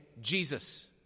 Jesus